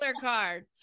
card